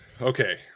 Okay